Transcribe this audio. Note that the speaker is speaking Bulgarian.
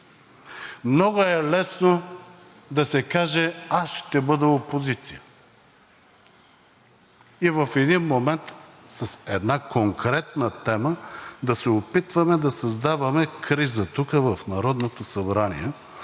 Много е лесно да се каже „аз ще бъда опозиция“ и в един момент с една конкретна тема да се опитваме да създаваме криза тук в Народното събрание.